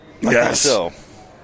Yes